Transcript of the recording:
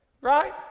Right